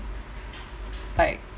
like